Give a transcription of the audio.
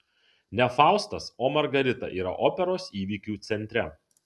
ne faustas o margarita yra operos įvykių centre